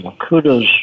Kudos